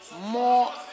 more